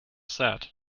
said